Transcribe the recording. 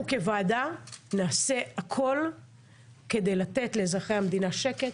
אנחנו כוועדה נעשה הכול כדי לתת לאזרחי המדינה שקט.